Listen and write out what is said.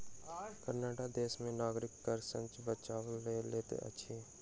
Canada देश में नागरिक कर सॅ बचाव कय लैत अछि